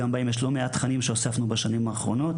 בהם יש לא מעט תכנים שהוספנו בשנים האחרונות.